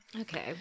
Okay